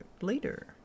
later